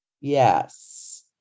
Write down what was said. Yes